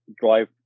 drive